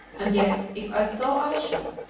and yet if i saw ayesha,